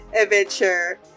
adventure